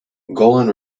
golan